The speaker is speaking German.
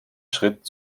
schritt